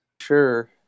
Sure